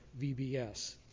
VBS